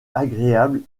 agréable